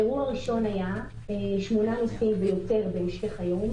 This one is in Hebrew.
אירוע ראשון היה 8 נוסעים ויותר בהמשך היום